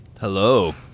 Hello